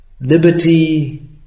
liberty